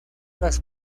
las